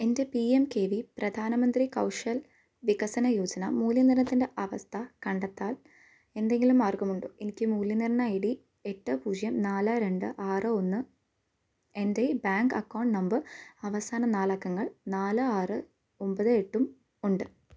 എൻ്റെ P M K V Pradhan Mantri Kaushal Vikas Yojana മൂല്യ നിർണ്ണയത്തിൻ്റെ അവസ്ഥ കണ്ടെത്താൻ എന്തെങ്കിലും മാർഗമുണ്ടോ എനിക്ക് മൂല്യനിർണ്ണയ ഐ ഡി എട്ട് പൂജ്യം നാല് രണ്ട് ആറ് ഒന്ന് എൻ്റെ ബാങ്ക് അക്കൌണ്ട് നമ്പർ അവസാന നാല് അക്കങ്ങൾ നാല് ആറ് ഒമ്പത് എട്ടും ഉണ്ട്